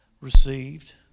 received